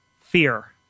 fear